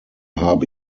habe